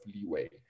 leeway